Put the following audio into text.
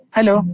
Hello